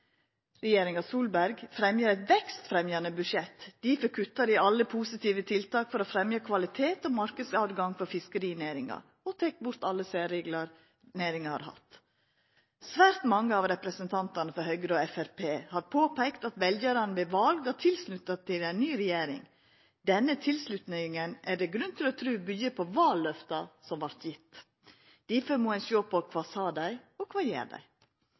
Regjeringa Solberg legg fram eit vekstfremjande budsjett, difor kuttar dei i alle positive tiltak for å fremja kvalitet og marknadstilgang for fiskerinæringa og tek bort alle særreglar næringa har hatt. Svært mange av representantane frå Høgre og Framstegspartiet har påpeikt at veljarane ved val gav tilslutnad til ei ny regjering. Denne tilslutnaden er det grunn til å tru byggjer på valløfta som vart gjevne. Difor må ein sjå på kva dei sa, og kva dei gjer.